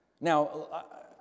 Now